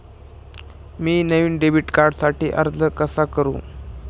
मी नवीन डेबिट कार्डसाठी अर्ज कसा करु?